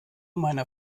meiner